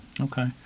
Okay